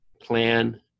plan